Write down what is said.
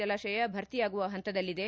ಜಲಾಶಯ ಭರ್ತಿಯಾಗುವ ಹಂತದಲ್ಲಿದೆ